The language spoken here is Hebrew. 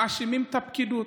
מאשימים את הפקידות.